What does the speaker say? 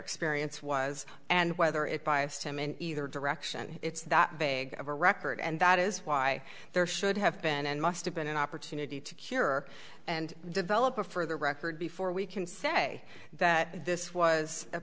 experience was and whether it biased him in either direction it's that big of a record and that is why there should have been and must have been an opportunity to cure and develop a further record before we can say that this was a